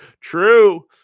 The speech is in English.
True